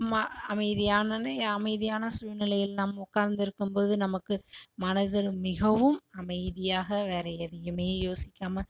ம அமைதியான அமைதியான சூழ்நிலையில் நாம் உட்காந்திருக்கும் போது நமக்கு மனதில் மிகவும் அமைதியாக வேறே எதையுமே யோசிக்காமல்